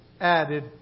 added